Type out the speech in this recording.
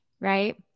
right